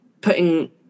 putting